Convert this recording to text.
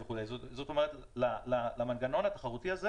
זאת אומרת, למנגנון התחרותי הזה